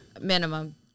minimum